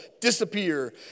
disappear